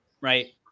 right